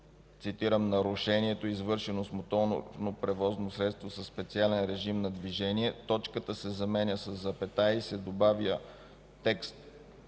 текст „нарушението е извършено с моторно превозно средство със специален режим на движение.” точката се заменя със запетая и се добавя текст